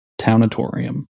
townatorium